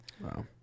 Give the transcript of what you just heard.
Wow